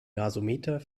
gasometer